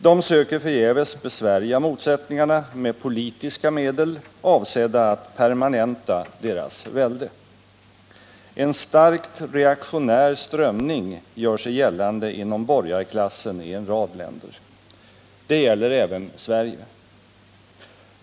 De söker förgäves besvärja motsättningarna med politiska medel, avsedda att permanenta deras välde. En starkt reaktionär strömning gör sig gällande inom borgarklassen i en rad länder. Det gäller även Sverige.